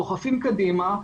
דוחפים קדימה,